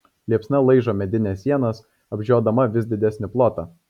liepsna laižo medines sienas apžiodama vis didesnį plotą